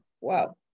wow